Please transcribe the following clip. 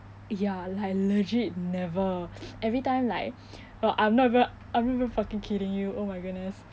ya like legit never every time like no I'm not even I'm not even fucking kidding you oh my goodness